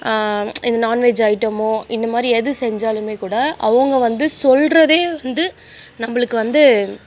இது நான்வெஜ் ஐட்டமோ இந்த மாதிரி எது செஞ்சாலுமேக்கூட அவங்க வந்து சொல்கிறதே வந்து நம்மளுக்கு வந்து